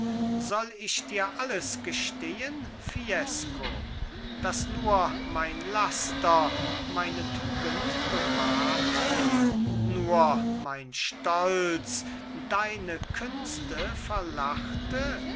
soll ich dir alles gestehen fiesco daß nur mein laster meine tugend bewahrte nur mein stolz deine künste verlachte